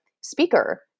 speaker